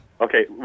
Okay